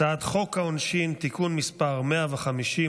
הצעת חוק העונשין (תיקון מס' 150)